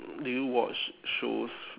do you watch shows